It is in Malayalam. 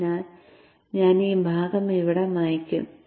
അതിനാൽ ഞാൻ ഈ ഭാഗം ഇവിടെ മായ്ക്കും